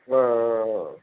ஆ ஆ ஆ